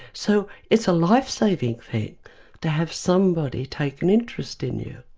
so it's a lifesaving thing to have somebody take an interest in you.